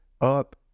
up